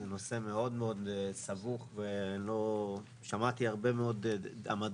זה נושא מאוד סבוך ושמעתי הרבה מאוד עמדות,